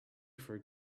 for